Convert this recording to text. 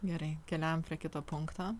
gerai keliaujam prie kito punkto